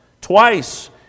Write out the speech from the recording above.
Twice